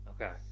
Okay